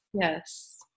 Yes